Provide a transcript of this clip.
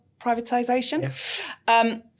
privatisation